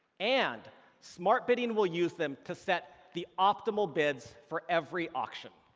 and smart bidding will use them to set the optimal bids for every auction.